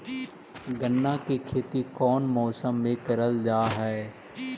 गन्ना के खेती कोउन मौसम मे करल जा हई?